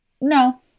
no